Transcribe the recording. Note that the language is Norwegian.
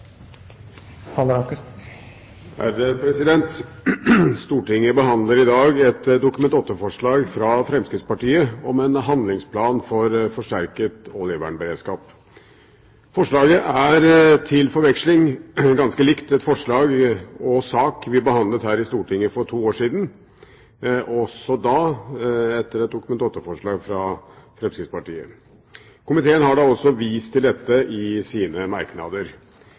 Stortinget behandler i dag et Dokument nr. 8-forslag fra Fremskrittspartiet om en handlingsplan for forsterket oljevernberedskap. Forslaget er til forveksling ganske likt et forslag og en sak vi behandlet her i Stortinget for to år siden, også da et Dokument nr. 8-forslag fra Fremskrittspartiet. Komiteen har da også vist til dette i sine merknader